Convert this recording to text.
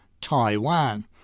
Taiwan